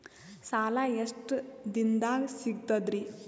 ಸಾಲಾ ಎಷ್ಟ ದಿಂನದಾಗ ಸಿಗ್ತದ್ರಿ?